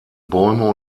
bäume